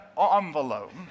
envelope